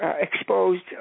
exposed